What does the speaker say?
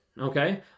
okay